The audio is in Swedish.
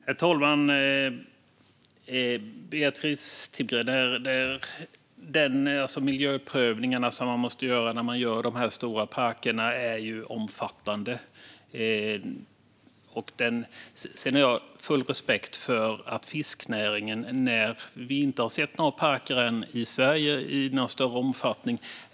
Herr talman! De miljöprövningar som man måste göra när man anlägger de här stora parkerna är omfattande, Beatrice Timgren. Sedan har jag full respekt för att fiskenäringen är orolig i det här läget, när vi ännu inte har sett några sådana parker i Sverige i någon större omfattning.